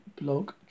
blog